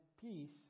peace